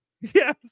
yes